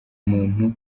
muntu